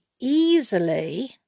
easily